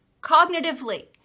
cognitively